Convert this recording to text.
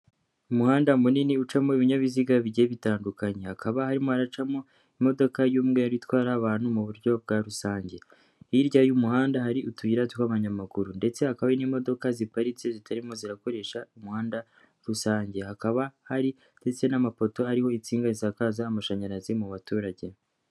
Umuhanda munini ucamo ibinyabiziga bigiye bitandukanye, hakaba harimo haracamo imodoka y'umweru itwara abantu mu buryo bwa rusange, hirya y'umuhanda hari utuyira tw'abanyamaguru, ndetse hakaba n'imodoka ziparitse zitarimo zirakoresha umuhanda rusange, hakaba hari ndetse n'amapoto ariho insinga zisakaza amashanyarazi mu baturage.